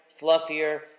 fluffier